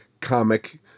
comic